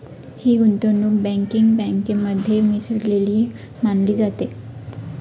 ही गुंतवणूक बँकिंग बँकेमध्ये मिसळलेली मानली जाते